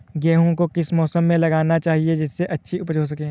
गेहूँ को किस मौसम में लगाना चाहिए जिससे अच्छी उपज हो सके?